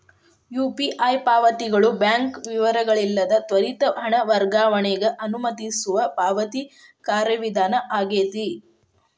UPI ಪಾವತಿಗಳು bank ವಿವರಗಳಿಲ್ಲದ ತ್ವರಿತ ಹಣ ವರ್ಗಾವಣೆಗ ಅನುಮತಿಸುವ ಪಾವತಿ ಕಾರ್ಯವಿಧಾನ ಆಗೆತಿ